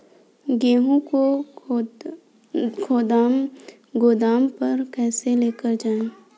गेहूँ को गोदाम पर कैसे लेकर जाएँ?